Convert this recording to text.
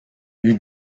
eut